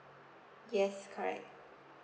yes correct